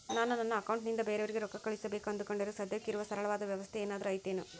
ನಾನು ನನ್ನ ಅಕೌಂಟನಿಂದ ಬೇರೆಯವರಿಗೆ ರೊಕ್ಕ ಕಳುಸಬೇಕು ಅಂದುಕೊಂಡರೆ ಸದ್ಯಕ್ಕೆ ಇರುವ ಸರಳವಾದ ವ್ಯವಸ್ಥೆ ಏನಾದರೂ ಐತೇನು?